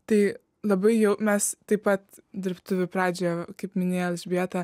tai labai jau mes taip pat dirbtuvių pradžią kaip minėjo elžbieta